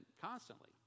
constantly